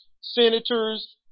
senators